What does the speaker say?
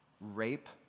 rape